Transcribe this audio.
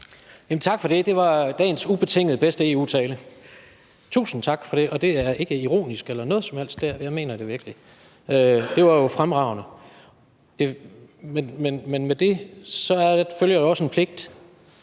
Tak for det, det var dagens ubetinget bedste EU-tale. Tusind tak for det, og det er ikke ironisk eller noget som helst. Jeg mener det virkelig. Det var jo fremragende. Men med det følger der også en pligt,